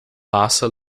raça